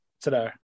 today